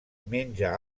menja